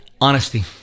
honesty